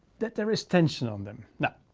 that there is tension on them. now,